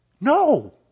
No